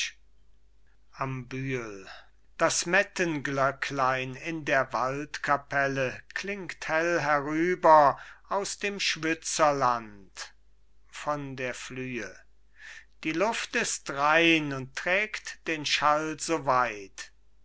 das mettenglöcklein in der waldkapelle klingt hell herüber aus dem schwyzerland von der flüe die luft ist rein und trägt den schall soweit